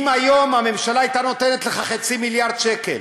אם היום הממשלה הייתה נותנת לך חצי מיליארד שקל,